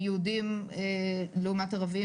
יהודים לעומת ערבים,